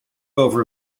over